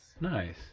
Nice